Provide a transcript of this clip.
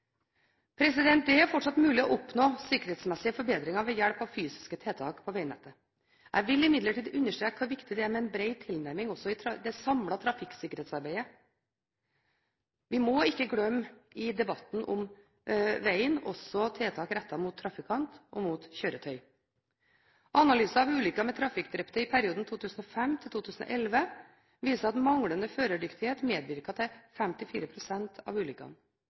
Det er fortsatt mulig å oppnå sikkerhetsmessige forbedringer ved hjelp av fysiske tiltak på vegnettet. Jeg vil imidlertid understreke hvor viktig det er med en bred tilnærming i det samlede trafikksikkerhetsarbeidet. Vi må ikke glemme tiltak rettet mot trafikant og kjøretøy i debatten om vegen. Analyser av ulykker med trafikkdrepte i perioden 2005–2011 viser at manglende førerdyktighet medvirket til 54 pst. av ulykkene, høy fart til 47 pst., og forhold ved kjøretøyet hadde betydning i 22 pst. av ulykkene.